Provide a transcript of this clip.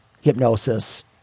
hypnosis